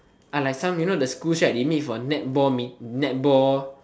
ah like some you know the schools right they meet for netball me~ netball